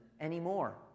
anymore